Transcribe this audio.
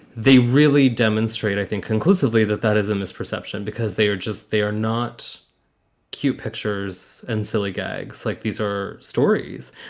they really demonstrate, i think, conclusively that that is a misperception because they are just they are not cute pictures and silly gags like these are stories.